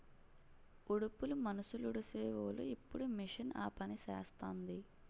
ఉడుపులు మనుసులుడీసీవోలు ఇప్పుడు మిషన్ ఆపనిసేస్తాంది